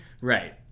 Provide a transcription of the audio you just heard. Right